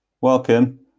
welcome